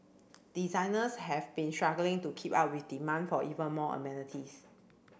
designers have been struggling to keep up with demand for even more amenities